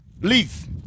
Leave